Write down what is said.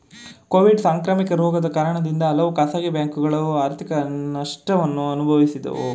Covid ಸಾಂಕ್ರಾಮಿಕ ರೋಗದ ಕಾರಣದಿಂದ ಹಲವು ಖಾಸಗಿ ಬ್ಯಾಂಕುಗಳು ಆರ್ಥಿಕ ಸಂಕಷ್ಟವನ್ನು ಅನುಭವಿಸಿದವು